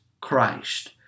Christ